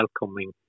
welcoming